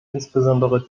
insbesondere